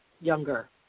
younger